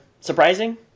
surprising